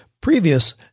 previous